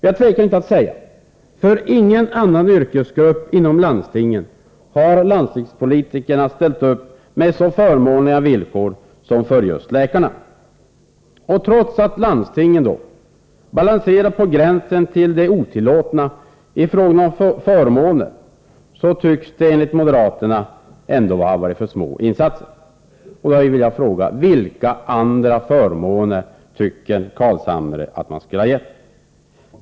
Jag tvekar inte att säga: För ingen annan yrkesgrupp inom landstingen har landstingspolitikerna ställt upp med så förmånliga villkor som för just läkarna. Trots att landstingen här balanserar på gränsen till det otillåtna i fråga om förmåner tycks det enligt moderat bedömning ändå ha gjorts för små insatser. Då vill jag fråga: Vilka andra förmåner tycker Nils Carlshamre att man skulle ha erbjudit?